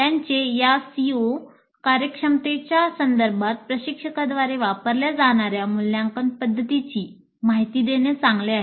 त्याचे या सीओ कार्यक्षमतेच्या संदर्भात प्रशिक्षकाद्वारे वापरल्या जाणाऱ्या मूल्यांकन पद्धतीची माहिती देणे चांगले आहे